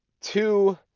two